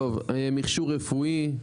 מכשור רפואי,